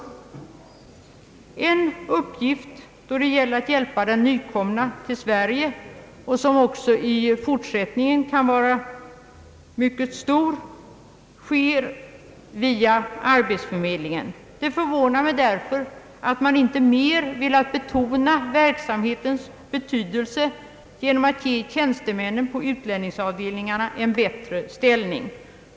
Viktiga uppgifter då det gäller att hjälpa den till Sverige nykomne och som också i fortsättningen kan vara mycket väsentliga åvilar arbetsförmedlingen. Det förvånar mig därför att man inte starkare velat betona verksamhetens betydelse genom att ge tjänstemännen på utlänningsavdelningarna en bättre ställning.